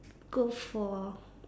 go for